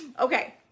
Okay